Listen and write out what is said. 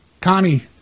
Connie